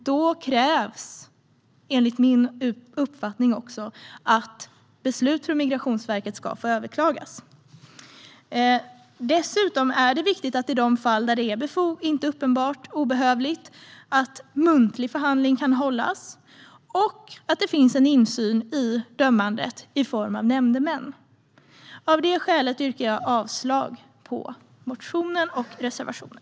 Då krävs också, enligt min uppfattning, att beslut från Migrationsverket ska få överklagas. Det är dessutom viktigt i de fall där det inte är uppenbart obehövligt att muntlig förhandling kan hållas och att det finns en insyn i dömandet i form av nämndemän. Av detta skäl yrkar jag avslag på motionen och reservationen.